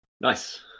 Nice